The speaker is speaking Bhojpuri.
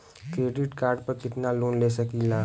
क्रेडिट कार्ड पर कितनालोन ले सकीला?